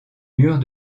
murs